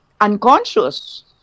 unconscious